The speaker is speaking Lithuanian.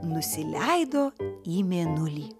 nusileido į mėnulį